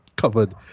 covered